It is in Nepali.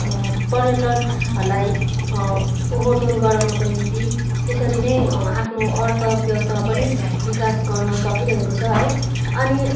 पर्यटनहरूलाई ओहोर दोहोरो गराउनको निम्ति त्यसरी नै आफ्नो अर्थ व्यवस्थामा पनि बिकास गर्न सकिरहेको छ है अनि